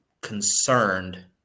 concerned